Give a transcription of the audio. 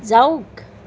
যাওক